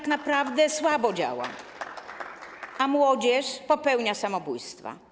To naprawdę słabo działa, a młodzież popełnia samobójstwa.